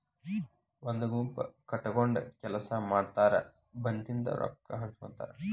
ಒಂದ ಗುಂಪ ಕಟಗೊಂಡ ಕೆಲಸಾ ಮಾಡತಾರ ಬಂದಿದ ರೊಕ್ಕಾ ಹಂಚಗೊತಾರ